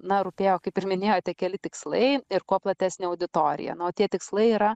na rūpėjo kaip ir minėjote keli tikslai ir kuo platesnė auditorija na o tie tikslai yra